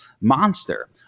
monster